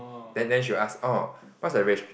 then then she will ask oh what's the res~